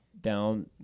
down